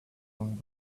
long